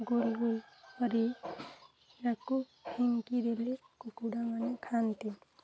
goal ଗୋଲ୍ କରି ତାକୁ ଫିଙ୍ଗି ଦେଲେ କୁକୁଡ଼ାମାନେ ଖାଆନ୍ତି